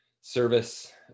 service